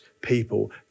people